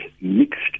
mixed